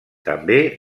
també